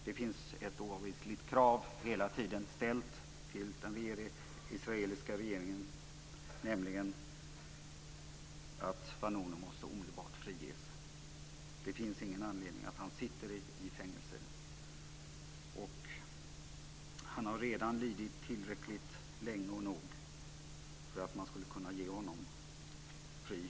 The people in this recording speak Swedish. Det finns ett oavvisligt krav, hela tiden ställt till den israeliska regeringen, nämligen att Vanunu omedelbart måste friges. Det finns ingen anledning till att han sitter i fängelse. Han har redan lidit nog och tillräckligt länge för att man skulle kunna ge honom fri.